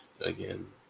again